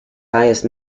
highest